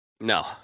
No